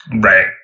Right